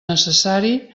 necessari